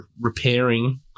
repairing